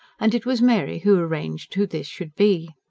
and it was mary who arranged who this should be.